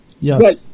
Yes